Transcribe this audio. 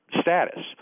status